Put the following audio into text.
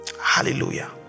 Hallelujah